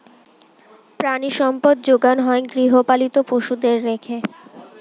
প্রাণিসম্পদ যোগানো হয় গৃহপালিত পশুদের রেখে